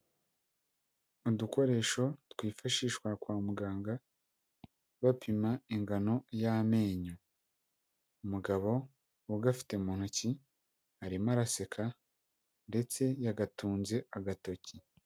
Udukoresho twifashishwa kwa muganga bapima ingano y'amenyo. Umugabo ugafite mu ntoki arimo araseka ndetse yagatunze agatoki.